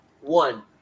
One